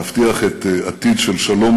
להבטיח עתיד של שלום